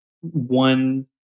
one